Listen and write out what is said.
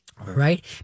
right